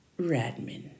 Radman